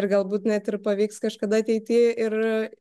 ir galbūt net ir pavyks kažkada ateity ir